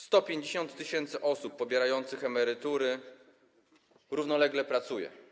150 tys. osób pobierających emerytury równolegle pracuje.